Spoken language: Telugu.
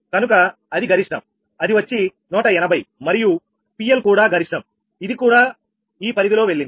కనుక అది గరిష్టం అది వచ్చి 180 మరియు PL కూడా గరిష్టం ఇది కూడా ఈ పరిధిలో వెళ్ళింది